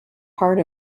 part